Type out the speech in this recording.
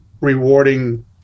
rewarding